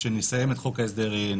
שכשנסיים את חוק ההסדרים,